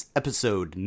episode